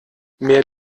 mehr